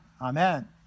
Amen